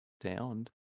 downed